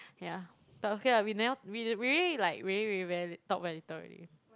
yeah but okay lah we never we really like really really very talk very little already